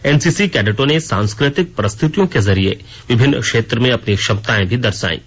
NCC कैडेटों ने सांस्कृतिक प्रस्तुतियों के जरिए विभिन्न क्षेत्र में अपनी क्षमताएं भी दर्शायीं